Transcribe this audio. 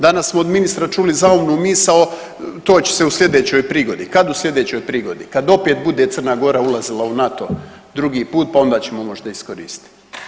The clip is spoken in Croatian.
Danas smo od ministra čuli zaumnu misao to će se u slijedećoj prigodi, kad u slijedećoj prigodi, kad opet bude Crna Gora ulazila u NATO drugi put, pa onda ćemo možda iskoristiti.